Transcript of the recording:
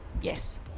Yes